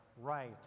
right